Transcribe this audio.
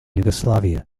yugoslavia